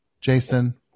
Jason